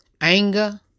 anger